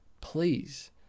please